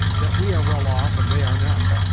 that we are well off and they are not?